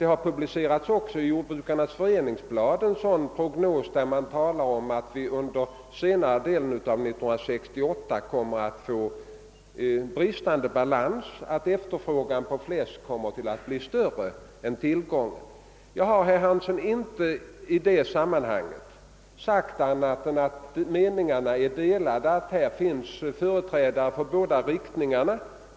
En sådan prognos har också publicerats i Jordbrukarnas föreningsblad, där det har uttalats att det under senare delen av 1968 kommer att bli en bristande balans därför att efterfrågan på fläsk kommer att vara större än tillgången. Jag har alltså, herr Hansson, i detta sammanhang inte sagt annat än att meningarna är delade, att här finns företrädare för båda riktningarna.